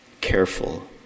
careful